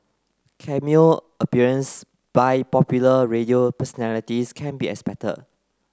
cameo appearance by popular radio personalities can be expected